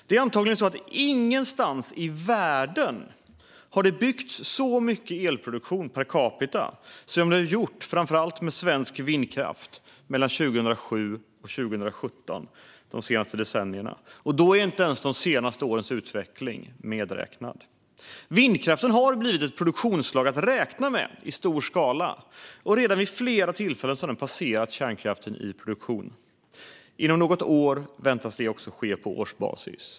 Det har antagligen ingenstans i världen de senaste decennierna byggts så mycket elproduktion per capita som det gjorts med framför allt svensk vindkraft mellan 2007 och 2017, och då är inte ens de senaste årens utveckling medräknad. Vindkraften har blivit ett produktionsslag att räkna med i stor skala och har redan vid flera tillfällen passerat kärnkraften i fråga om produktion. Inom något år väntas detta ske också på årsbasis.